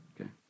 okay